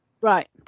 Right